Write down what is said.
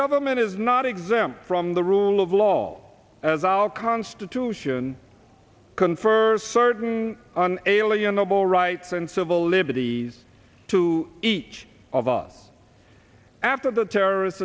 government is not exempt from the rule of law as our constitution confers certain unalienable rights and civil liberties to each of our after the terrorist